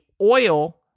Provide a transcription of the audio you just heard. oil